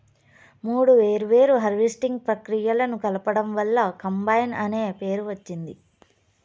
మూడు వేర్వేరు హార్వెస్టింగ్ ప్రక్రియలను కలపడం వల్ల కంబైన్ అనే పేరు వచ్చింది